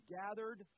gathered